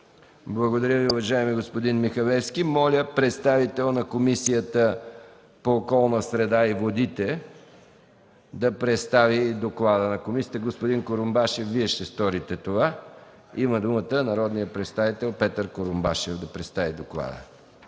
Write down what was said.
Благодаря Ви, господин Михалевски. Има ли представител на Комисията по околната среда и водите да представи доклада на комисията? Господин Курумбашев, Вие ще сторите това. Има думата народният представител господин Курумбашев да представи доклада.